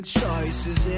choices